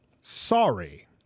Sorry